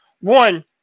One